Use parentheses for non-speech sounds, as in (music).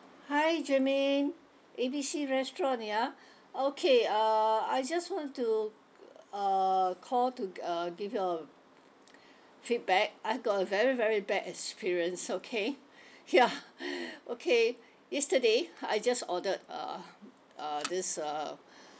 hi jermaine A B C restaurant ya okay uh I just want to uh call to uh give you a feedback I've got a very very bad experience okay ya (laughs) okay yesterday I just ordered a uh this uh